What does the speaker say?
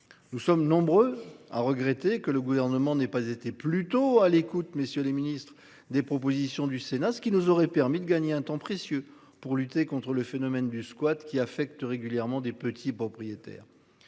nous sommes nombreux à regretter que le gouvernement n'ait pas été plutôt à l'écoute, messieurs les ministres des propositions du Sénat, ce qui nous aurait permis de gagner un temps précieux pour lutter contre le phénomène du squat qui affectent régulièrement des petits propriétaires.